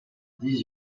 dix